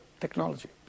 technology